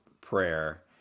prayer